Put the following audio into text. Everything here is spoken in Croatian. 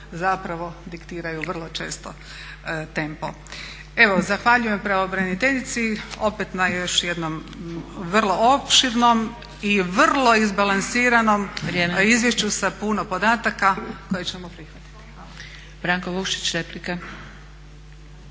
zapravo diktiraju vrlo često tempo. Evo zahvaljujem pravobraniteljici opet na još jednom vrlo opširnom i vrlo izbalansiranom izvješću sa puno podataka koje ćemo prihvatiti.